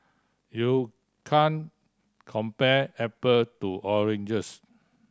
you can't compare apple to oranges